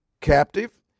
captive